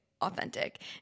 authentic